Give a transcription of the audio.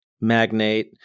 magnate